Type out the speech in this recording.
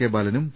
K ബാലനും P